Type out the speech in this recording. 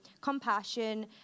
compassion